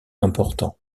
important